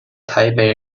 台北